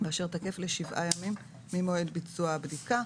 ואשר תקף ל-7 ימים ממועד ביצוע הבדיקה".